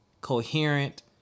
coherent